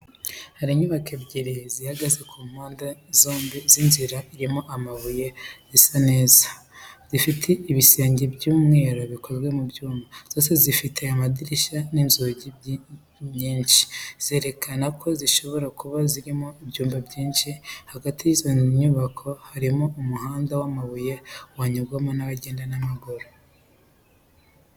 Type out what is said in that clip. Hari inyubako ebyiri zihagaze ku mpande zombi z’inzira irimo amabuye zisa neza, zifite ibisenge by’umweru bikozwe mu byuma. Zose zifite amadirishya n’inzugi nyinshi, zerekana ko zishobora kuba zirimo ibyumba byinshi. Hagati y’izo nyubako harimo umuhanda w’amabuye wanyurwamo n’abagenda n’amaguru.